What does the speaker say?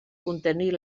contenir